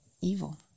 evil